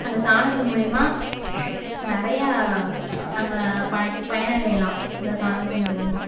அந்த சாணத்து மூலிமா நிறையா நம்ம பய பயனடையலாம் அந்த சாணத்து மூலிமா